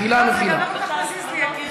מחילה, מחילה.